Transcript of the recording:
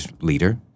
leader